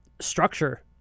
structure